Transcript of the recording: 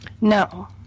No